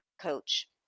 coach